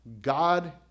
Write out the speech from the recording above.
God